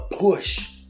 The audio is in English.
push